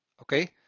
okay